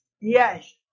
Yes